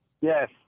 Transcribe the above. Yes